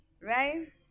right